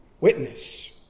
witness